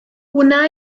wna